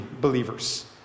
believers